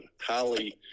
highly